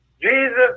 Jesus